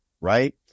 right